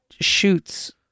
shoots